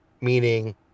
meaning